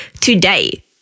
Today